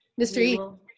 Mr